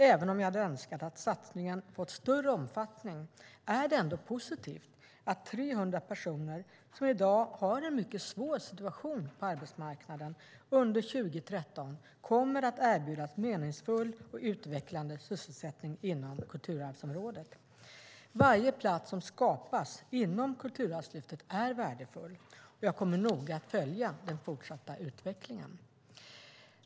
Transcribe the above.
Även om jag hade önskat att satsningen fått större omfattning är det ändå positivt att 300 personer, som i dag har en mycket svår situation på arbetsmarknaden, under 2013 kommer att erbjudas meningsfull och utvecklande sysselsättning inom kulturarvsområdet. Varje plats som skapas inom Kulturarvslyftet är värdefull. Jag kommer att noga följa den fortsatta utvecklingen.